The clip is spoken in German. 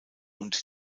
und